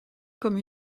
comme